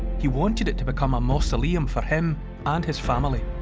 he wanted it to become a mausoleum for him and his family.